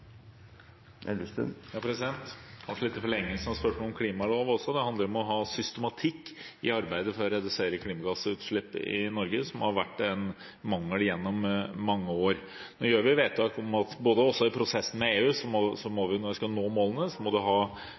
av spørsmålet om klimalov: Det handler også om å ha systematikk i arbeidet for å redusere klimagassutslippet i Norge, noe som har vært en mangel gjennom mange år. Nå fatter vi vedtak om at man i prosessen med EU – når vi skal nå målene – må ha beregninger av utslippsbaner, og man må ha tiltakslister for hvordan man skal nå målene.